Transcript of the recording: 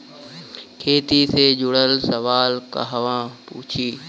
खेती से जुड़ल सवाल कहवा पूछी?